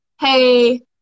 Hey